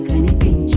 anything.